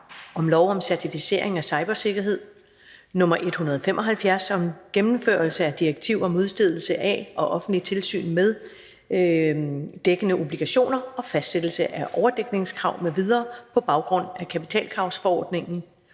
og lov om et skibsfinansieringsinstitut. (Gennemførelse af direktiv om udstedelse af og offentligt tilsyn med dækkede obligationer og fastsættelse af overdækningskrav m.v. på baggrund af kapitalkravsforordningen